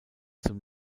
zum